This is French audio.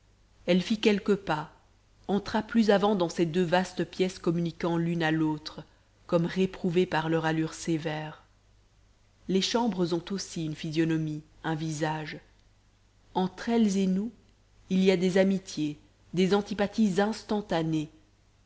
elle fit quelques pas entra plus avant dans ces deux vastes pièces communiquant l'une à l'autre comme réprouvée par leur allure sévère les chambres ont aussi une physionomie un visage entre elles et nous il y a des amitiés des antipathies